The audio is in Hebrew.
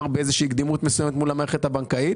באיזושהי קדימות מסוימת מול המערכת הבנקאית,